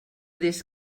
des